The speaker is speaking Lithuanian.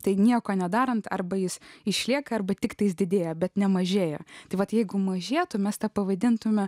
tai nieko nedarant arba jis išlieka arba tik tais didėja bet nemažėja tai vat jeigu mažėtų mesta pavadintumėme